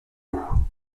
eau